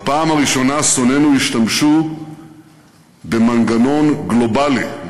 בפעם הראשונה שונאינו השתמשו במנגנון גלובלי,